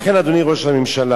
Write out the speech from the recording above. לכן, אדוני ראש הממשלה,